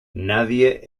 nadie